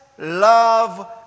Love